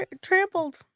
trampled